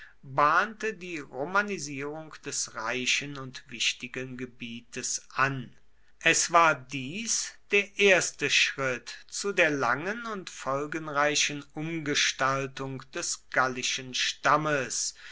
bahnte die romanisierung des reichen und wichtigen gebietes an es war dies der erste schritt zu der langen und folgenreichen umgestaltung des gallischen stammes